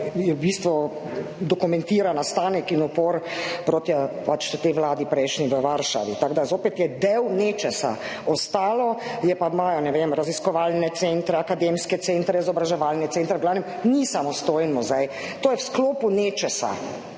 v bistvu dokumentira nastanek in upor proti prejšnji vladi v Varšavi. Tako da je zopet del nečesa, ostalo pa imajo, ne vem, raziskovalne centre, akademske centre, izobraževalne centre, v glavnem, ni samostojen muzej, to je v sklopu nečesa.